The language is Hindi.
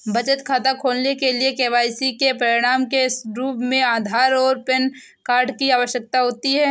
बचत खाता खोलने के लिए के.वाई.सी के प्रमाण के रूप में आधार और पैन कार्ड की आवश्यकता होती है